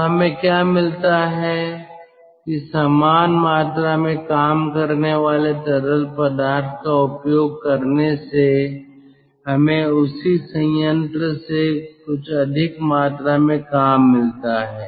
तो हमें क्या मिलता है कि समान मात्रा में काम करने वाले तरल पदार्थ का उपयोग करने से हमें उसी संयंत्र से कुछ अधिक मात्रा में काम मिलता है